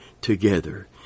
together